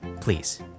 please